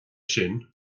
sin